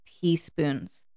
teaspoons